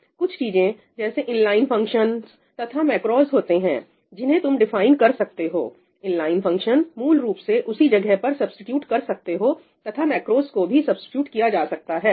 कुछ चीजें जैसे इनलाइन फंक्शन तथा मैक्रोस होते हैं जिन्हें तुम डिफाइन कर सकते हो इनलाइन फंक्शन मूल रूप से उसी जगह पर सब्सीट्यूट कर सकते हो तथा मैक्रोस को भी सब्सीट्यूट किया जा सकता है